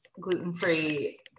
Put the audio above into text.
Gluten-Free